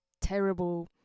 terrible